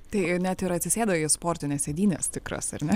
tai net ir atsisėda jie į sportines sėdynes tikras ar ne